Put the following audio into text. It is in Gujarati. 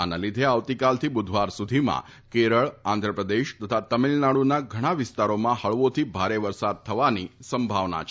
આ ના લીધે આવતીકાલથી બુધવાર સુધીમાં કેરળ આંધ્રપ્રદેશ તથા તમીલનાડુના ઘણા વિસ્તારોમાં હળવોથી ભારે વરસાદ થવાની સંભાવના છે